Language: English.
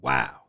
Wow